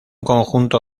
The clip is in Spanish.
conjunto